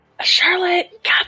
Charlotte